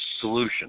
solution